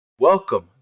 welcome